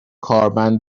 کارمند